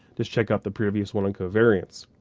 just check out the previous one on covariance.